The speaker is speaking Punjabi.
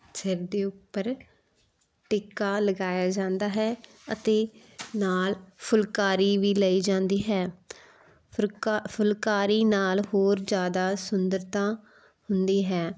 ਸਿਰ ਦੇ ਉੱਪਰ ਟਿੱਕਾ ਲਗਾਇਆ ਜਾਂਦਾ ਹੈ ਅਤੇ ਨਾਲ ਫੁਲਕਾਰੀ ਵੀ ਲਈ ਜਾਂਦੀ ਹੈ ਫੁਰਕਾ ਫੁਲਕਾਰੀ ਨਾਲ ਹੋਰ ਜ਼ਿਆਦਾ ਸੁੰਦਰਤਾ ਹੁੰਦੀ ਹੈ